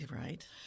Right